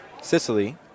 Sicily